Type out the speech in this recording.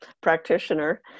practitioner